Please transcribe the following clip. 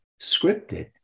scripted